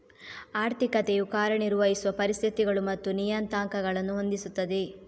ಆರ್ಥಿಕತೆಯು ಕಾರ್ಯ ನಿರ್ವಹಿಸುವ ಪರಿಸ್ಥಿತಿಗಳು ಮತ್ತು ನಿಯತಾಂಕಗಳನ್ನು ಹೊಂದಿಸುತ್ತದೆ